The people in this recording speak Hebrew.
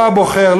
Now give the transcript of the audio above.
לא הבוחר,